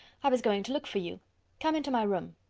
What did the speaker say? i was going to look for you come into my room.